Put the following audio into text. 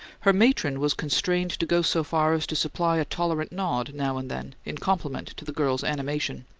her matron was constrained to go so far as to supply a tolerant nod, now and then, in complement to the girl's animation,